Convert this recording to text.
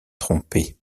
trompé